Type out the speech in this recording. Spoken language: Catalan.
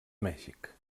mèxic